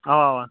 اَوا اَوا